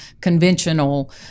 conventional